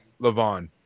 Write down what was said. Levon